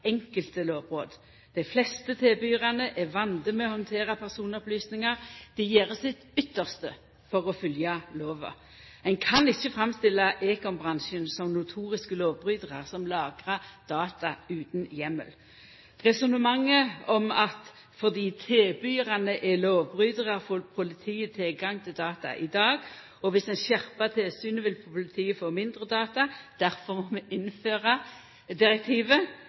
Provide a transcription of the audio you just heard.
enkelte lovbrot. Dei fleste tilbydarane er vande med å handtera personopplysningar. Dei gjer sitt ytste for å følgja lova. Ein kan ikkje framstille ekombransjen som notoriske lovbrytarar som lagrar data utan heimel. Resonnementet om at fordi tilbydarane er lovbrytarar, får politiet tilgang til data i dag, og dersom ein skjerpar tilsynet, vil politiet få mindre data, derfor må vi innføra direktivet,